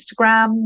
instagram